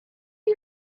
you